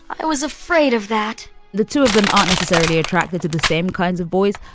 i was afraid of that the two of them aren't necessarily attracted to the same kinds of boys,